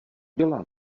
dělá